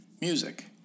music